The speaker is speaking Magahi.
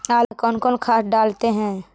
आलू में कौन कौन खाद डालते हैं?